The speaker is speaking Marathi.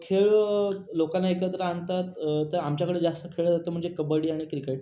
खेळ लोकांना एकत्र आणतात तर आमच्याकडे जास्त खेळ होतो म्हणजे कबड्डी आणि क्रिकेट